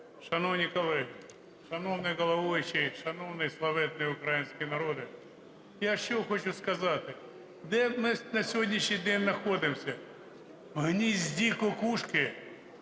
Шановні колеги, шановний головуючий, шановний славетний український народе! Я що хочу сказати? Де ми на сьогоднішній день знаходимося: "в гнізді кукушки"